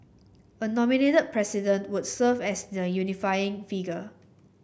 a nominated President would serve as the unifying figure